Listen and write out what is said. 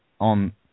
on